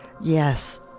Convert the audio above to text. Yes